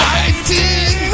Fighting